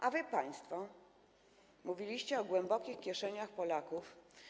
A państwo mówiliście o głębokich kieszeniach Polaków.